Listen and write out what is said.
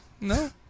no